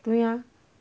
对呀